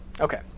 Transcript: Okay